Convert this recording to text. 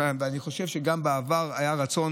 ואני חושב שגם בעבר היה רצון.